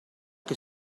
che